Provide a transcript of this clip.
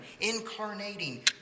incarnating